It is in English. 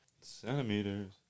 Centimeters